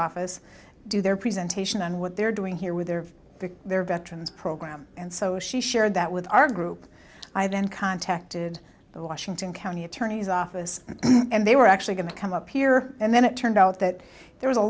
office do their presentation and what they're doing here with their victim their veterans program and so she shared that with our group i then contacted the washington county attorney's office and they were actually going to come up here and then it turned out that there was a